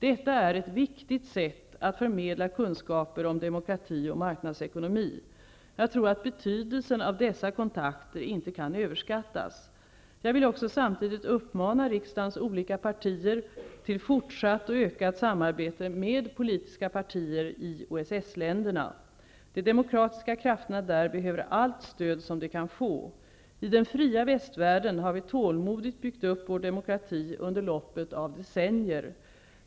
Detta är ett viktigt sätt att förmedla kunskaper om demokrati och marknadsekonomi. Jag tror att betydelsen av dessa kontakter inte kan överskattas. Jag vill också samtidigt uppmana riksdagens olika partier till fortsatt och ökat samarbete med politiska partier i OSS-länderna. De demokratiska krafterna där behöver allt stöd som de kan få. I den fria västvärlden har vi tålmodigt byggt upp vår demokrati under loppet av decennier.